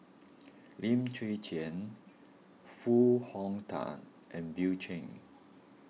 Lim Chwee Chian Foo Hong Tatt and Bill Chen